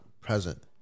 present